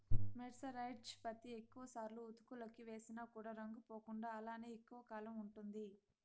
mercerised పత్తి ఎక్కువ సార్లు ఉతుకులకి వేసిన కూడా రంగు పోకుండా అలానే ఎక్కువ కాలం ఉంటుంది